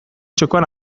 txokoan